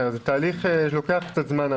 התהליך לוקח קצת זמן.